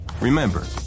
Remember